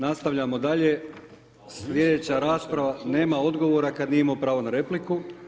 Nastavljamo dalje, slijedeća rasprava, nema odgovora kada nije imao pravo na repliku.